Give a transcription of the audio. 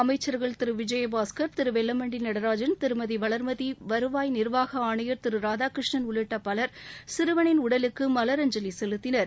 அமைச்சர்கள் திரு விஜயபாஸ்கர் திரு வெல்லமண்டி நடராஜன் திரு வளர்மதி வருவாய் நிர்வாக ஆணையர் திரு ராதாகிருஷ்ணன் உள்ளிட்ட பலர் சிறுவனின் உடலுக்கு மலர் அஞ்சலி செலுத்தினர்